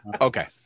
okay